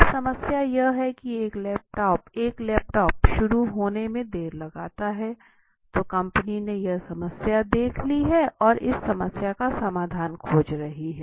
अब समस्या यह है कि एक लैपटॉप शुरू होने में देर लगता है तो कंपनी ने यह समस्या देख ली है और इस समस्या का समाधान खोज रही है